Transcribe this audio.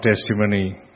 testimony